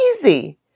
easy